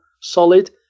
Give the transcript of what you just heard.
solid